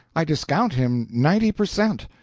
i discount him ninety per cent.